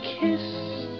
kiss